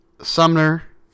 Sumner